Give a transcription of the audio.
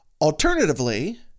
Alternatively